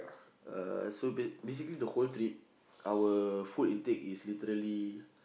uh so ba~ basically the whole trip our food intake is literally